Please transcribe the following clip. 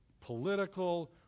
political